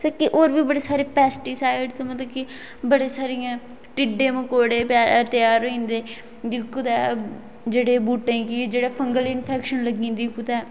फिर ओर बी बडे़ सारे पेस्टीसाइट होंदे मतलब कि बड़ी सारियै टिड्डे मकोडे़ त्यार होई जंदे जेहडे़ बूहटे गी फंगल इनफेक्शन लग्गी जंदी कुतै